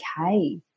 okay